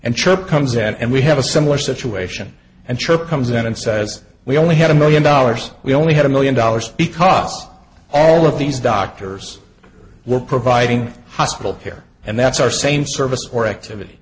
and chirp comes out and we have a similar situation and chirp comes in and says we only had a million dollars we only had a million dollars because all of these doctors were providing hospital care and that's our same service or activity